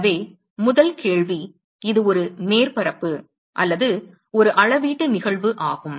எனவே முதல் கேள்வி இது ஒரு மேற்பரப்பு அல்லது ஒரு அளவீட்டு நிகழ்வு ஆகும்